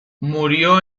murió